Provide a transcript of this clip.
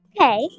Okay